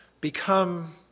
become